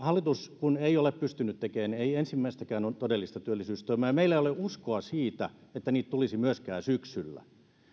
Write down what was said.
hallitus ei ole pystynyt tekemään ensimmäistäkään todellista työllisyystoimea ja meillä ei ole uskoa siihen että niitä tulisi myöskään syksyllä